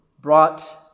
brought